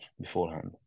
beforehand